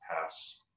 Pass